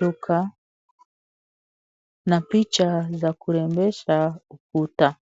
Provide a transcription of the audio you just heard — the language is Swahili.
duka na picha za kurembesha ukuta.